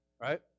Right